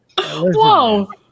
Whoa